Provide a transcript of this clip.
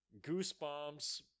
Goosebumps